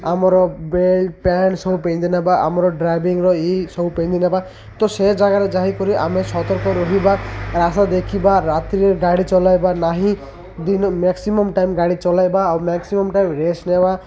ଆମର belt pant ସବୁ ପିନ୍ଧି ନେବା ଆମର ଡ୍ରାଇଭିଂର ଇ ସବୁ ପିନ୍ଧି ନେବା ତ ସେ ଜାଗାରେ ଯାଇକରି ଆମେ ସତର୍କ ରହିବା ରାସ୍ତା ଦେଖିବା ରାତିରେ ଗାଡ଼ି ଚଲାଇବା ନାହିଁ ଦିନ ମ୍ୟାକ୍ସିମମ୍ ଟାଇମ୍ ଗାଡ଼ି ଚଲାଇବା ଆଉ ମ୍ୟାକ୍ସିମମ୍ ଟାଇମ୍ ରେଷ୍ଟ ନେବା